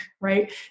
right